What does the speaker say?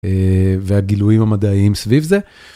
והגילויים המדעיים סביב זה.